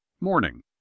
Morning